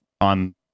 on